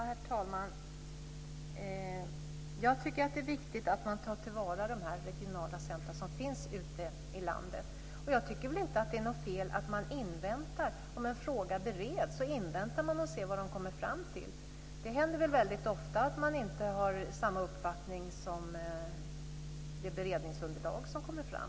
Herr talman! Jag tycker att det är viktigt att ta till vara de regionala center som finns ute i landet. Det är inte fel att om en fråga bereds invänta vad man kommer fram till. Det händer ofta att man inte har samma uppfattning som det beredningsunderlag som kommer fram.